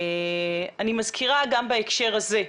אני מזכירה גם בהקשר הזה,